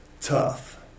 tough